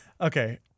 Okay